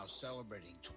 celebrating